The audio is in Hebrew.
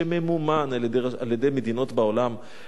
שממומן על-ידי מדינות בעולם: